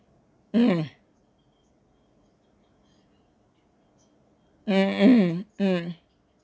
hmm mmhmm mm